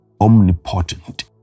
omnipotent